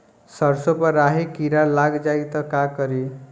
सरसो पर राही किरा लाग जाई त का करी?